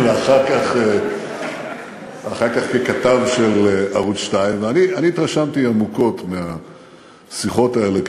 ואחר כך ככתב של ערוץ 2. ואני התרשמתי עמוקות מהשיחות האלה,